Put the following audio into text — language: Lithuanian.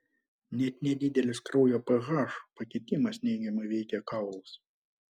net nedidelis kraujo ph pakitimas neigiamai veikia kaulus